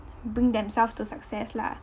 bring themselves to success lah